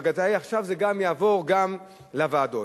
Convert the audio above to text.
עכשיו זה יעבור גם לוועדות.